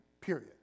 period